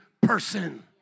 person